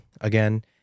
again